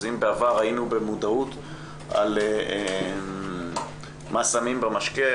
אז אם בעבר היינו במודעות על מה שמים במשקה,